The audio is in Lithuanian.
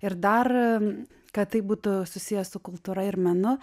ir dar kad tai būtų susiję su kultūra ir menu